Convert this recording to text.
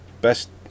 Best